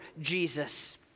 Jesus